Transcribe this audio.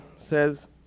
says